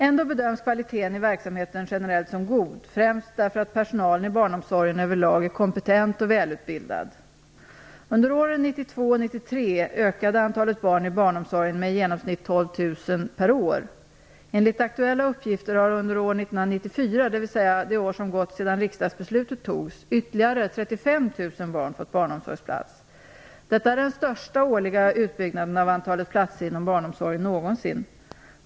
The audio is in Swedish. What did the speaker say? Ändå bedöms kvaliteten i verksamheten generellt som god, främst därför att personalen i barnomsorgen över lag är kompetent och välutbildad. Under åren 1992-1993 ökade antalet barn i barnomsorgen med i genomsnitt 12 000 per år. Enligt aktuella uppgifter har under år 1994, dvs. det år som gått sedan riksdagsbeslutet fattades, ytterligare 35 000 barn fått barnomsorgsplats. Detta är den största årliga utbyggnaden av antalet platser inom barnomsorgen någonsin.